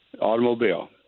automobile